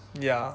ya